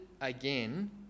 again